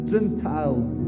Gentiles